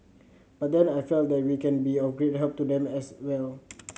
but then I felt that we can be of great help to them as well